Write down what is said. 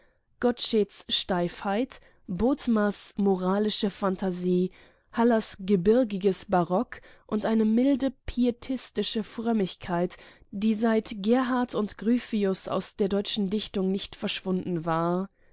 gottscheds steifheit bodmers moralische phantasie hallers gebirgiges barock und eine milde pietistische frömmigkeit die seit gerhard und gryphius aus der deutschen dichtung nicht verschwunden war